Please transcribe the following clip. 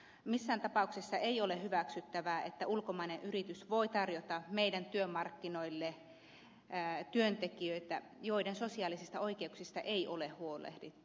missään tapauksessa ei ole hyväksyttävää että ulkomainen yritys voi tarjota meidän työmarkkinoille työntekijöitä joiden sosiaalisista oikeuksista ei ole huolehdittu